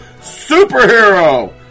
superhero